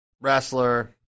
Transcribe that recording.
wrestler